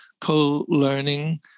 co-learning